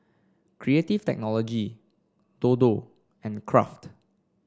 Creative Technology Dodo and Kraft